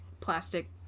plastic